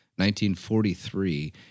1943